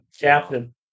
Captain